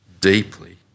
deeply